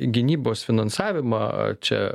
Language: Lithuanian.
gynybos finansavimą čia